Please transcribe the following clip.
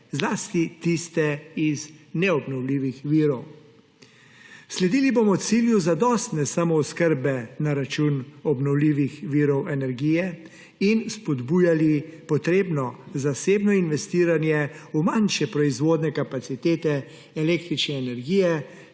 zlasti tiste iz neobnovljivih virov. Sledili bomo cilju zadostne samooskrbe na račun obnovljivih virov energije in spodbujali potrebno zasebno investiranje v manjše proizvodne kapacitete električne energije